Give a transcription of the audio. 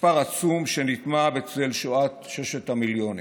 מספר עצום שנטמע בצל שואת ששת המיליונים.